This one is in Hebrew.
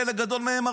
חלק גדול מהם,